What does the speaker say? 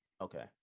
okay